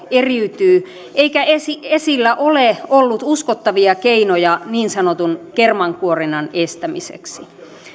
eriytyy eikä esillä esillä ole ollut uskottavia keinoja niin sanotun kermankuorinnan estämiseksi